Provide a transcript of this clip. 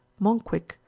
monkwick,